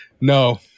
No